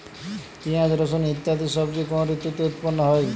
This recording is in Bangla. পিঁয়াজ রসুন ইত্যাদি সবজি কোন ঋতুতে উৎপন্ন হয়?